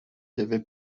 devait